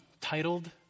titled